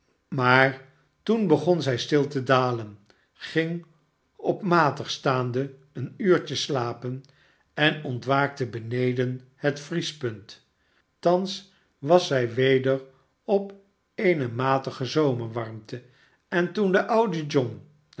maar toen begon zij stil te dalen ging op matig staande een uurtje slapen en ontwaakte beneden het vriespunt thans was zij weder op eene matige zomerwarmte en toen de oude john